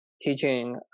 teaching